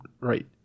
right